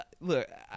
look